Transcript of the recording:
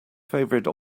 favourite